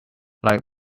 like